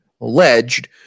alleged